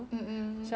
good body